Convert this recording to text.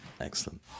Excellent